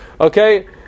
Okay